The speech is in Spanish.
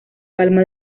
palma